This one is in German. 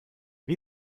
wie